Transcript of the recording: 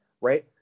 Right